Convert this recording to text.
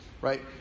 Right